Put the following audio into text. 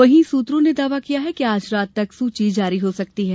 वही सूत्रों ने दावा किया है कि आज रात तक सूची जारी हो सकती है